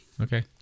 Okay